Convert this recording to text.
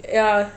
ya